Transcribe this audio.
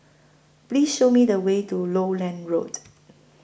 Please Show Me The Way to Lowland Road